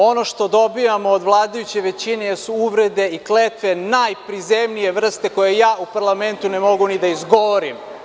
Ono što dobijamo od vladajuće većine su uvrede i kletve najprizemnije vrste koje ja u parlamentu ne mogu ni da izgovorim.